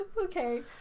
Okay